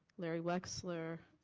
larry wexler?